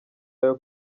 ayo